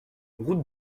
route